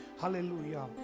hallelujah